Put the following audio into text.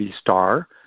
Star